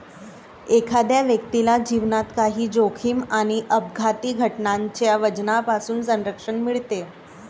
एखाद्या व्यक्तीला जीवनात काही जोखीम आणि अपघाती घटनांच्या वजनापासून संरक्षण मिळते